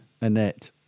annette